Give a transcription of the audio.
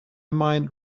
mind